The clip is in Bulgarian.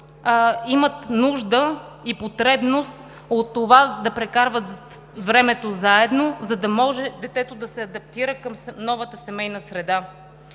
имат нужда и потребност от това, за да прекарват времето заедно, за да може детето да се адаптира към новата семейна среда.